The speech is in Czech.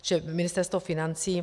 Čili Ministerstvo financí.